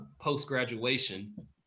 post-graduation